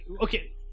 Okay